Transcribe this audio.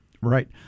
Right